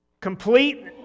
Complete